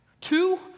two